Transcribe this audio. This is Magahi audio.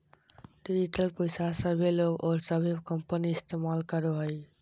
डिजिटल पैसा सभे लोग और सभे कंपनी इस्तमाल करो हइ